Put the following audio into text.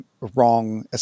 wrong